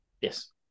Yes